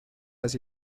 las